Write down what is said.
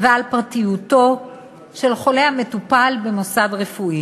ועל פרטיותו של חולה המטופל במוסד רפואי.